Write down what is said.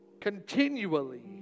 continually